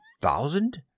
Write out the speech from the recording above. thousand